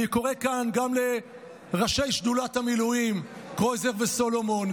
אני קורא כאן גם לראשי שדולת המילואים קרויזר וסולומון,